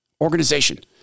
organization